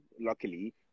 luckily